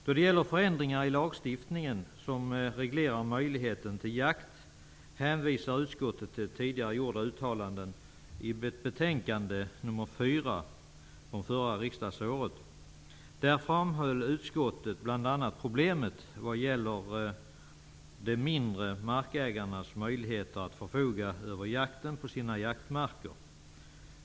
Då det gäller förändringar i den lagstiftning som reglerar möjligheten till jakt hänvisar utskottet till tidigare gjorda uttalanden i betänkande nr 4 från förra riksmötet. Där framhåller utskottet bl.a. problemet med de mindre markägarnas möjligheter att förfoga över jakten på sina jaktmarker.